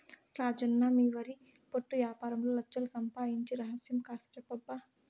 రాజన్న మీ వరి పొట్టు యాపారంలో లచ్ఛలు సంపాయించిన రహస్యం కాస్త చెప్పబ్బా